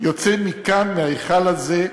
יוצא מכאן, מההיכל הזה,